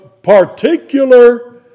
Particular